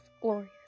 glorious